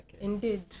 indeed